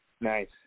Nice